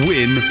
Win